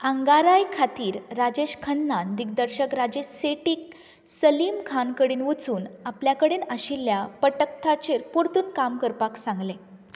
आंगाराय खातीर राजेश खन्नान दिग्दर्शक राजेस सेठीक सलीम खान कडेन वचून आपल्या कडेन आशिल्ल्या पटकथाचेर परतून काम करपाक सांगलें